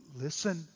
Listen